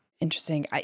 Interesting